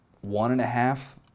one-and-a-half